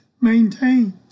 maintain